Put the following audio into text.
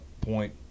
point